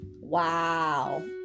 wow